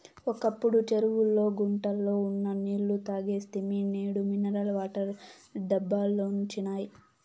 ఒకప్పుడు చెరువుల్లో గుంటల్లో ఉన్న నీళ్ళు తాగేస్తిమి నేడు మినరల్ వాటర్ డబ్బాలొచ్చినియ్